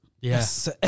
Yes